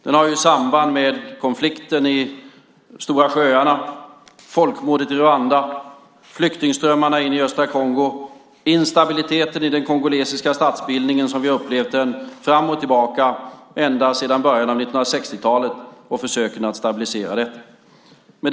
Den har samband med konflikten i området kring de stora sjöarna, folkmordet i Rwanda, flyktingströmmarna in i östra Kongo, instabiliteten i den kongolesiska statsbildningen som vi har upplevt den fram och tillbaka ända sedan början av 1960-talet och försöken att stabilisera detta.